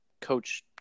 coach